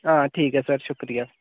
हां ठीक ऐ सर शुक्रिया